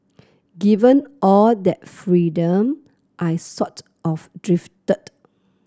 given all that freedom I sort of drifted